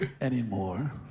anymore